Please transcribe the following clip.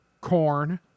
corn